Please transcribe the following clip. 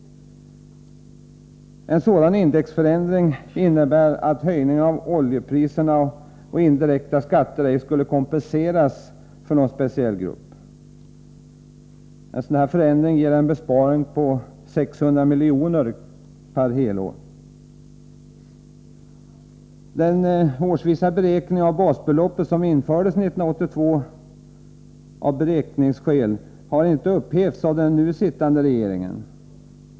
En sådan indexförändring innebär att höjningar av oljepriser och indirekta skatter ej skulle kompenseras för någon speciell grupp. En sådan förändring ger en besparing på 600 milj.kr. per helår. Beräkningen av basbeloppet årsvis — som infördes 1982 av besparingsskäl — har inte upphävts av den nu sittande regeringen.